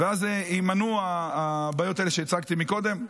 ואז יימנעו הבעיות האלה שהצגתי קודם,